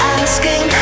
asking